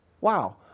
wow